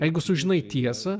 jeigu sužinai tiesą